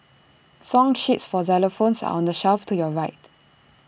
song sheets for xylophones are on the shelf to your right